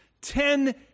ten